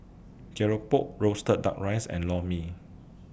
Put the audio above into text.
Keropok Roasted Duck Rice and Lor Mee